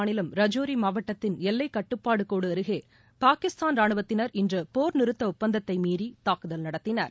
மாநிலம் ரஜௌரிமாவட்டத்தின் எல்லைக்கட்டுப்பாடுகோடுஅருகேபாகிஸ்தான் கஷ்மீர் ஜம்மு இன்றுபோர் நிறுத்தஒப்பந்தத்தைமீறிதாக்குதல் நடத்தினர்